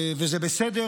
וזה בסדר.